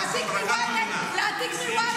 להעתיק מ-ynet זה אחלה --- רק את מבינה.